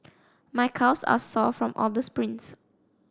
my calves are sore from all the sprints